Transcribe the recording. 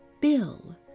bill